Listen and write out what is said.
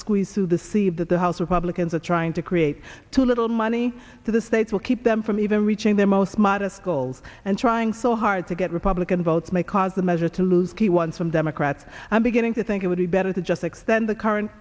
that the house republicans are trying to create too little money for the states will keep them from even reaching their most modest goals and trying so hard to get republican votes may cause the measure to lose key ones from democrats and beginning to think it would be better to just extend the current